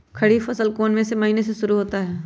खरीफ फसल कौन में से महीने से शुरू होता है?